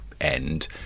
end